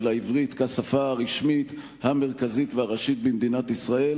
העברית כשפה הרשמית המרכזית והראשית במדינת ישראל,